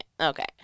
okay